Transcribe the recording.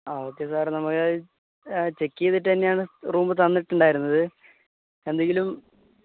ആ okay sir നമ്മള്ക്കത് ചെക്കിയ്തിട്ടു തന്നെയാണ് റൂം തന്നിട്ടുണ്ടായിരുന്നത് എന്തെങ്കിലും